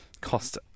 cost